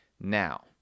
now